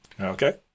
Okay